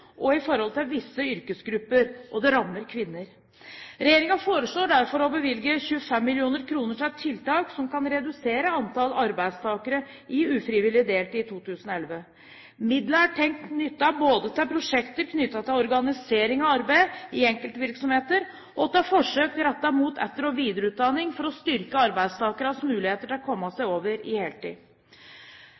og i forhold til visse yrkesgrupper, og det rammer kvinner. Regjeringen foreslår derfor å bevilge 25 mill. kr til tiltak som kan redusere antall arbeidstakere i ufrivillig deltid i 2011. Midlene er tenkt nyttet både til prosjekter knyttet til organisering av arbeid i enkeltvirksomheter og til forsøk rettet mot etter- og videreutdanning for å styrke arbeidstakeres muligheter til å komme seg over i heltid.